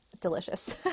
delicious